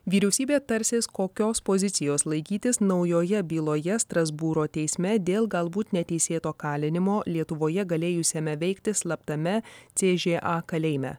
vyriausybė tarsis kokios pozicijos laikytis naujoje byloje strasbūro teisme dėl galbūt neteisėto kalinimo lietuvoje galėjusiame veikti slaptame cė žė a kalėjime